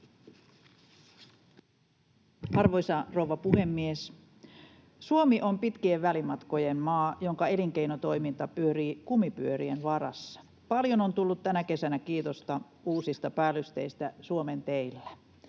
Arvoisa rouva puhemies! Suomi on pitkien välimatkojen maa, jonka elinkeinotoiminta pyörii kumipyörien varassa. Paljon on tullut tänä kesänä kiitosta uusista päällysteistä Suomen teillä.